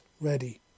ready